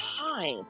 time